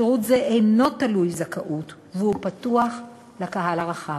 שירות זה אינו תלוי זכאות והוא פתוח לקהל הרחב,